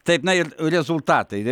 taip na ir rezultatai